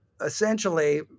essentially